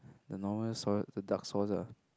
the normal soy the dark sauce lah